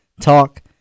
talk